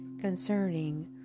concerning